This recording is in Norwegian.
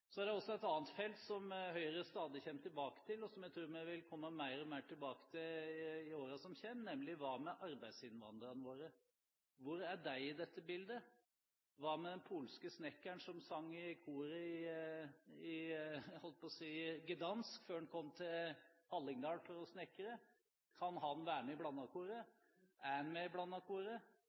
Så er det også et annet felt som Høyre stadig kommer tilbake til, og som jeg tror vi vil komme mer og mer tilbake til i årene som kommer, nemlig: Hva med arbeidsinnvandrerne våre – hvor er de i dette bildet? Hva med den polske snekkeren som sang i koret i Gdansk, før han kom til Hallingdal for å snekre? Kan han være med i «blandakoret»? Er han med